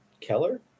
Keller